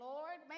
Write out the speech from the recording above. Lord